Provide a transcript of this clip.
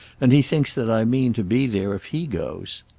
and he thinks that i mean to be there if he goes.